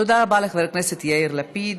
תודה רבה לחבר הכנסת יאיר לפיד.